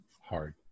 Hard